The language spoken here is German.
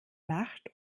macht